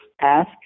ask